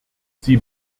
sie